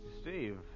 Steve